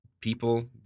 people